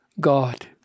God